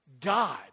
God